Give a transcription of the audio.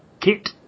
kit